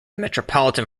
metropolitan